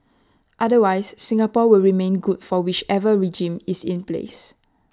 otherwise Singapore will remain good for whichever regime is in place